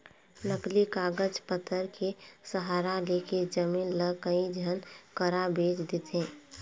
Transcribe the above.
नकली कागज पतर के सहारा लेके जमीन ल कई झन करा बेंच देथे